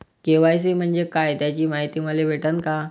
KYC म्हंजे काय त्याची मायती मले भेटन का?